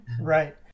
Right